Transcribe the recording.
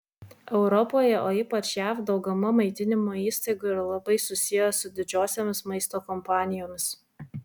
europoje o ypač jav dauguma maitinimo įstaigų yra labai susiję su didžiosiomis maisto kompanijomis